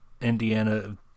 Indiana